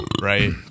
right